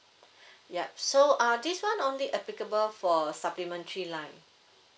yup so uh this one only applicable for supplementary line